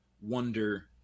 Wonder